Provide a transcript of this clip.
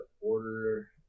Order